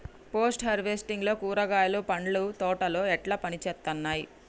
Post harvesting లో కూరగాయలు పండ్ల తోటలు ఎట్లా పనిచేత్తనయ్?